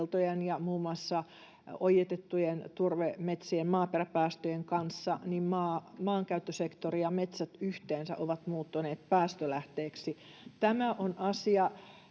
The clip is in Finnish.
ja muun muassa ojitettujen turvemetsien maaperäpäästöjen, niin maankäyttösektori ja metsät yhteensä ovat muuttuneet päästölähteeksi. Tämä on asia,